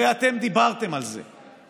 הרי אתם דיברתם על זה,